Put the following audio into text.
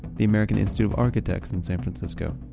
the american institute of architects in san francisco,